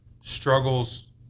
struggles